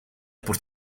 por